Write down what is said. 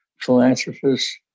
philanthropists